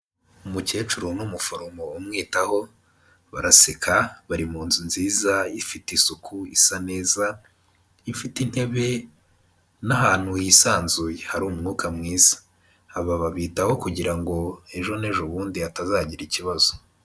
Umukecuru n'umuforomo umwitaho baraseka bari mu nzu nziza ifite isuku isa neza, ifite intebe n'ahantu hisanzuye hari umwuka mwiza, aba babitaho kugira ngo ejo n'ejo bundi batazagira ikibazo.